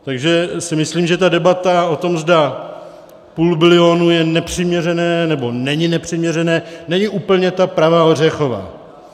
Takže si myslím, že ta debata o tom, zda půl bilionu je nepřiměřené, nebo není nepřiměřené, není úplně ta pravá ořechová.